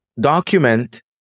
Document